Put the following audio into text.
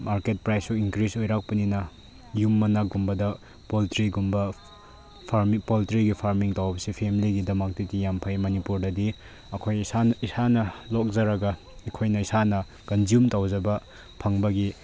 market ꯄ꯭ꯔꯥꯏꯁꯨ increase ꯑꯣꯏꯔꯛꯄꯅꯤꯅ ꯌꯨꯝ ꯃꯅꯥꯛꯀꯨꯝꯕꯗ ꯄꯣꯜꯇ꯭ꯔꯤꯒꯨꯝꯕ ꯄꯣꯜꯇ꯭ꯔꯤꯒꯤ ꯐꯥꯔꯃꯤꯡ ꯇꯧꯕꯁꯦ ꯐꯦꯃꯤꯂꯤꯒꯤꯗꯃꯛꯇꯗꯤ ꯌꯥꯝ ꯐꯩ ꯃꯅꯤꯄꯨꯔꯗꯗꯤ ꯑꯩꯈꯣꯏ ꯏꯁꯥꯅ ꯏꯁꯥꯅ ꯂꯧꯖꯔꯒ ꯑꯩꯈꯣꯏꯅ ꯏꯁꯥꯅ ꯀꯟꯖ꯭ꯌꯨꯝ ꯇꯧꯖꯕ ꯐꯪꯕꯒꯤ